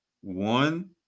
One